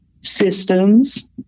Systems